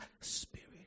spirit